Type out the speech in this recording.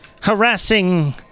harassing